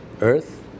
earth